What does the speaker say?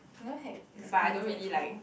never had experience that before